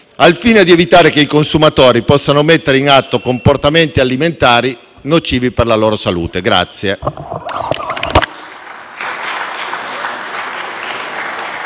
al fine di evitare che i consumatori possano mettere in atto comportamenti alimentari nocivi per la loro salute.